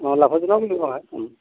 অ লাভজনক ব্যৱসায় ও